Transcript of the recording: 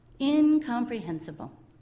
incomprehensible